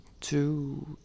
two